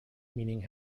meaning